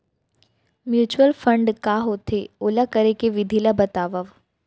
mutual fund का होथे, ओला करे के विधि ला बतावव